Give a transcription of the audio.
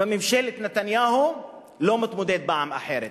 בממשלת נתניהו, לא מתמודד פעם אחרת.